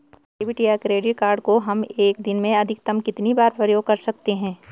Debit या credit card को हम एक दिन में अधिकतम कितनी बार प्रयोग कर सकते हैं?